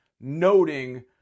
noting